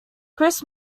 chris